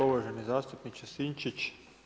Uvaženi zastupniče Sinčić.